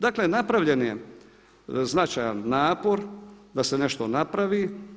Dakle, napravljen je značajan napor da se nešto napravi.